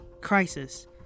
Crisis